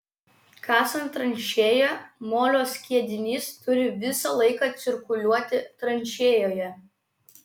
kasant tranšėją molio skiedinys turi visą laiką cirkuliuoti tranšėjoje